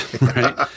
right